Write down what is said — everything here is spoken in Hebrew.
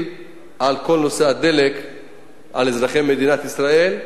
על כל נושא הדלק לאזרחי מדינת ישראל.